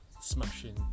smashing